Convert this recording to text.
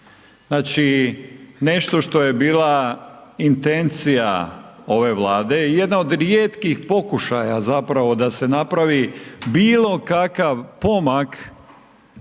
znači nešto što je bila intencija ove Vlade i jedna od rijetkih pokušaja da se napravi bilo kakav pomak